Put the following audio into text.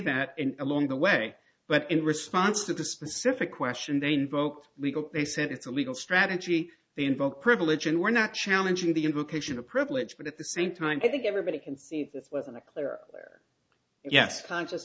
that in along the way but in response to the specific question they invoked legal they said it's a legal strategy they invoke privilege and we're not challenging the invocation of privilege but at the same time i think everybody can see that this wasn't a clear yes conscious